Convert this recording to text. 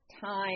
time